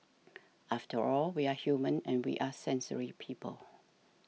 after all we are human and we are sensory people